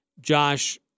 Josh